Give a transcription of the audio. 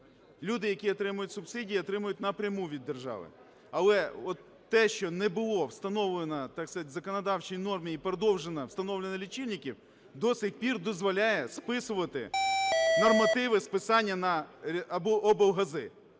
Люди, які отримують субсидії, отримують напряму від держави. Але от те, що не було встановлено, так сказать, у законодавчій нормі і продовжено встановлення лічильників, до цих пір дозволяє списувати нормативи списання на … або облгази.